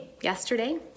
yesterday